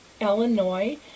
Illinois